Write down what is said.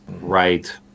Right